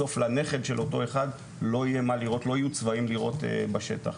בסוף לנכד של אותו אחד לא יהיו צבאים לראות בשטח.